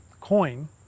coin